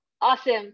Awesome